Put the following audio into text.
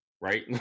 right